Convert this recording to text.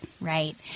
Right